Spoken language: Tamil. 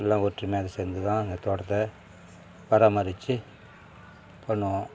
எல்லாம் ஒற்றுமையாக அது சேர்ந்து தான் அந்த தோட்டத்தை பராமரித்து பண்ணுவோம்